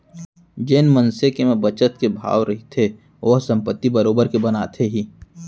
जेन मनसे के म बचत के भाव रहिथे ओहा संपत्ति बरोबर के बनाथे ही